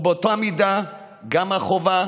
ובאותה מידה גם החובה,